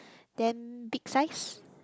then big size